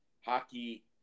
hockey